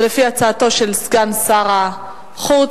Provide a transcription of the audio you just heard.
זה לפי הצעתו של סגן שר החוץ,